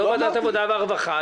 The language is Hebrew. לא ועדת העבודה והרווחה,